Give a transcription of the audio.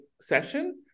session